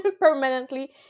permanently